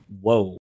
whoa